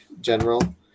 general